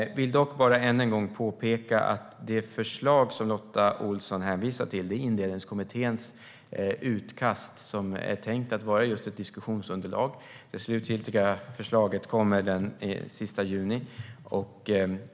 Jag vill dock än en gång påpeka att det förslag som Lotta Olsson hänvisar till är Indelningskommitténs utkast, som är tänkt att vara just ett diskussionsunderlag. Det slutgiltiga förslaget kommer den sista juni.